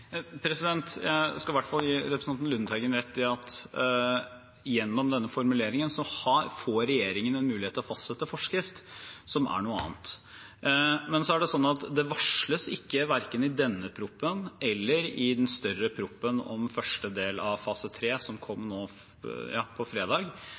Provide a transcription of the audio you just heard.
Jeg skal i hvert fall gi representanten Lundteigen rett i at gjennom denne formuleringen får regjeringen en mulighet til å fastsette forskrift, som er noe annet. Det varsles ikke, verken i denne proposisjonen eller i den større proposisjonen om første del av fase 3, som